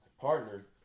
partner